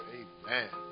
amen